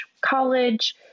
college